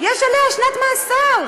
יש עליה שנת מאסר.